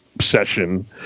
session